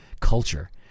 culture